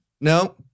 No